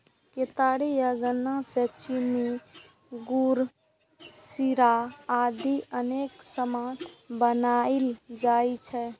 केतारी या गन्ना सं चीनी, गुड़, शीरा आदि अनेक सामान बनाएल जाइ छै